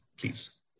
please